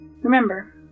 Remember